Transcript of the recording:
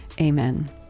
amen